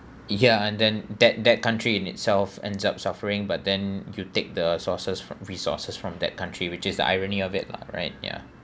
ya and then that that country in itself ends up suffering but then you take the sources resources from that country which is the irony of it lah right ya